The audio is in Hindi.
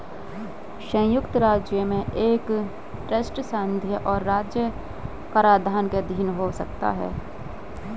संयुक्त राज्य में एक ट्रस्ट संघीय और राज्य कराधान के अधीन हो सकता है